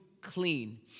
clean